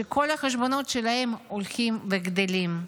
שכל החשבונות שלהם הולכים וגדלים.